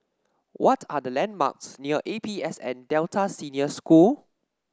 what are the landmarks near A P S N Delta Senior School